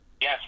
Yes